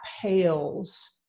pales